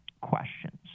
questions